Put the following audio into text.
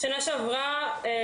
ומשרד העבודה דאז.